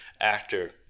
actor